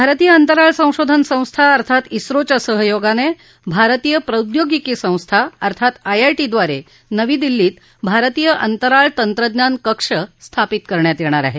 भारतीय अंतराळ संशोधन संस्था अर्थात क्रिोच्या सहयोगाने भारतीय प्रौद्योगिकी संस्था अर्थात आयआयटीद्वारे नवी दिल्लीत भारतीय अंतराळ तंत्रज्ञान कक्ष स्थापित करण्यात येणार आहे